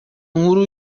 nkuru